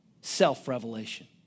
self-revelation